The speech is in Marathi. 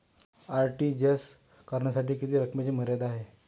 आर.टी.जी.एस करण्यासाठी किती रकमेची मर्यादा आहे?